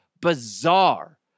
bizarre